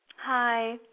Hi